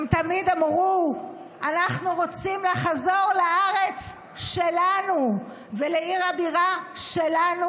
הם תמיד אמרו: אנחנו רוצים לחזור לארץ שלנו ולעיר הבירה שלנו,